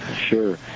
Sure